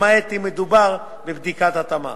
למעט אם מדובר בבדיקת התאמה